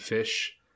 fish